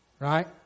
Right